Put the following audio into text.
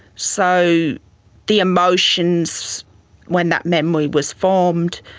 so the emotions when that memory was formed,